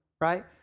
right